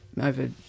over